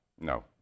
No